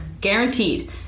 Guaranteed